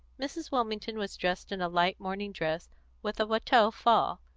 mrs. wilmington was dressed in a light morning dress with a watteau fall,